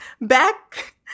back